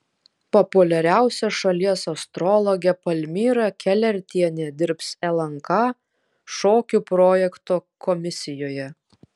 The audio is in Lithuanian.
populiariausia šalies astrologė palmira kelertienė dirbs lnk šokių projekto komisijoje